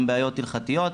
גם בעיות הלכתיות.